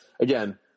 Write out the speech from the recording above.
again